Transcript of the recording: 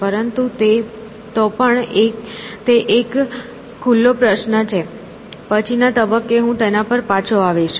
પરંતુ તો પણ તે એક ખુલ્લો પ્રશ્ન છે પછીના તબક્કે હું તેના પર પાછો આવીશ